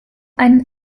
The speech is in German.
einen